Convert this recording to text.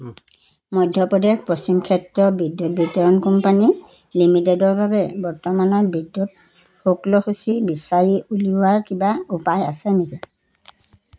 মধ্যপ্ৰদেশ পশ্চিম ক্ষেত্ৰ বিদ্যুৎ বিতৰণ কোম্পানী লিমিটেডৰ বাবে বৰ্তমানৰ বিদ্যুৎ শুল্কসূচী বিচাৰি উলিওৱাৰ কিবা উপায় আছে নেকি